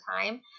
time